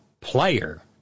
player